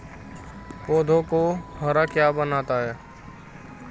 पौधों को हरा क्या बनाता है?